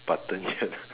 button yet